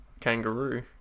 kangaroo